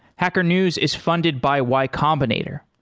hacker news is funded by y combinator.